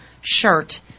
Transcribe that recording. shirt